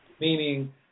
meaning